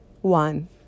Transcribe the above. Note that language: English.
One